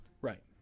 Right